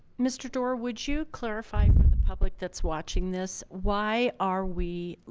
mr. door, would you clarify for the public that's watching this? why are we?